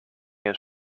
his